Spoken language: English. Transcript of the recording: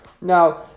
Now